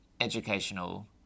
educational